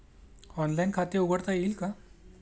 Online खाते उघडता येईल का?